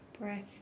breath